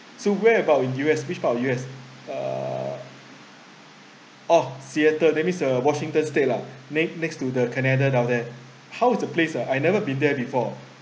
so where about in U_S which part of U_S uh orh seattle that means uh washington state lah next next to the canada down there how is the place ah I never been there before